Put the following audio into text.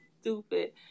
stupid